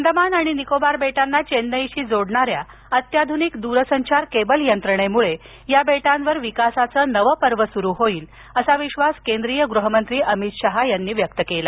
अंदमान आणि निकोबार बेटांना चेन्नईशी जोडणाऱ्याअत्याधुनिक दूरसंचार केबल यंत्रणेमूळं या बेटांवर विकासाचं नवं पर्व सुरू होईल असा विश्वास केंद्रीय गृह मंत्री अमित शहा यांनी व्यक्त केला